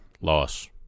Loss